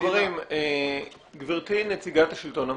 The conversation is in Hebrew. חברים, גברתי נציגת השלטון המקומי,